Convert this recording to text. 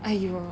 !aiyo!